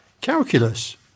calculus